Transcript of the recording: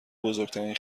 بزرگترین